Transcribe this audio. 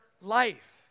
life